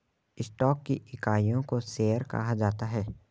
stock की इकाइयों को शेयर कहा जाता है